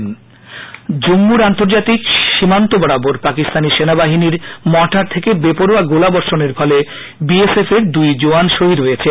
কাশ্মীর জম্মুর আন্তর্জাতিক সীমান্ত বরাবর পাকিস্তানী সেনাবাহিনীর মর্টার থেকে বেপোরোয়া গোলা বর্ষণের ফলে বি এস এফ এর দুই জওয়ান শহীদ হয়েছেন